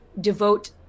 devote